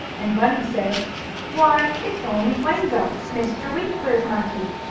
and bunny said why, it's only wango, mr. winkler's monkey!